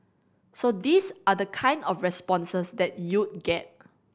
so these are the kind of responses that you'd get